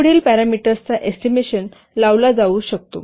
पुढील पॅरामीटरचा एस्टिमेशन लावला जाऊ शकतो